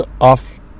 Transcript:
off